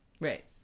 right